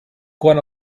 quan